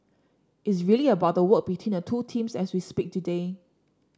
it's really about the work between the two teams as we speak today